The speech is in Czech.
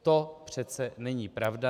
To přece není pravda.